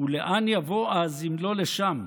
ולאן יבוא אז אם לא לשם?